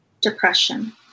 depression